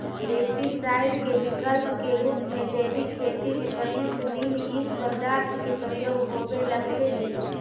pesticide के विकल्प के रूप में जैविक खेती में प्रयुक्त नीमयुक्त पदार्थ के प्रयोग होवे लगले हि